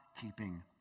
keeping